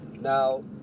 Now